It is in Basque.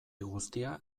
guztia